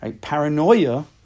Paranoia